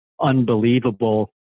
unbelievable